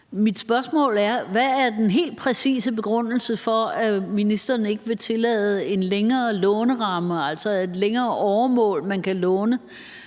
Mit spørgsmål er: Hvad er den helt præcise begrundelse for, at ministeren ikke vil tillade en længere låneramme, altså et længere åremål, hvor man kan låne